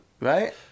right